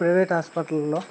private హాస్పిటల్లో